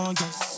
yes